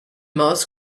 moss